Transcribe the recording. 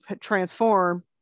transform